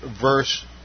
verse